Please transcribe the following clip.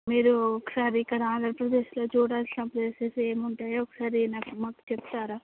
మీరు ఒకసారి ఇక్కడ అలోచనచేసి చూడాల్సిన ప్లేస్లు ఏముంటాయో ఒకసారి మాకు చెప్తారా